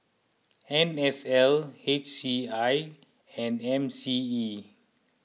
N S L H C I and M C E